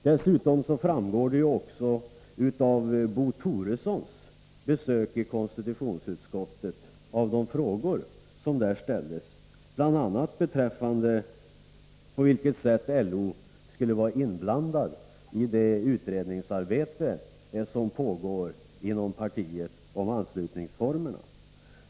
Dessutom vill jag påminna om Bo Toressons besök i konstitutionsutskottet och de frågor som där ställdes, bl.a. beträffande på vilket sätt LO skulle vara inblandad i det utredningsarbete som pågår inom partiet om anslutningsformerna.